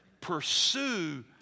pursue